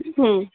ಹ್ಞೂ